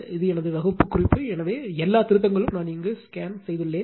இது எனது வகுப்புக் குறிப்பு எனவே எல்லா திருத்தங்களும் நான் இங்கு ஸ்கேன் செய்துள்ளேன்